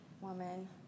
woman